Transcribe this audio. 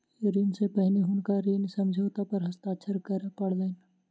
ऋण सॅ पहिने हुनका ऋण समझौता पर हस्ताक्षर करअ पड़लैन